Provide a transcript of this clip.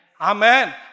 Amen